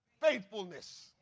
faithfulness